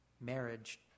Marriage